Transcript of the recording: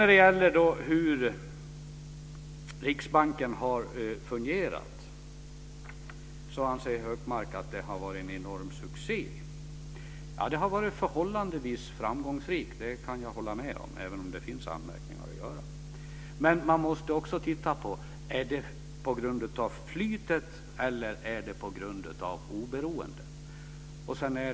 När det gäller hur Riksbanken har fungerat anser Gunnar Hökmark att det har varit en enorm succé. Det har varit förhållandevis framgångsrikt, det kan jag hålla med om, även om det finns anmärkningar att göra. Men man måste också titta på om det är på grund av flytet eller på grund av oberoendet.